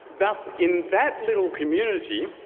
thus in that little community,